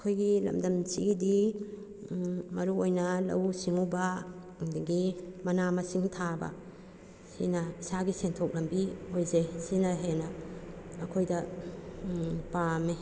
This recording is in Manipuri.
ꯑꯩꯈꯣꯏꯒꯤ ꯂꯝꯗꯝꯁꯤꯒꯤꯗꯤ ꯎꯝ ꯃꯔꯨ ꯑꯣꯏꯅ ꯂꯧꯎ ꯁꯤꯡꯎꯕ ꯑꯗꯒꯤ ꯃꯅꯥ ꯃꯁꯤꯡ ꯊꯥꯕ ꯁꯤꯅ ꯏꯁꯥꯒꯤ ꯁꯦꯟꯊꯣꯛ ꯂꯝꯕꯤ ꯑꯣꯏꯖꯩ ꯁꯤꯅ ꯍꯦꯟꯅ ꯑꯩꯈꯣꯏꯗ ꯄꯥꯝꯃꯦ